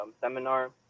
seminar